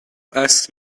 ask